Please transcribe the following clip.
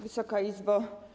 Wysoka Izbo!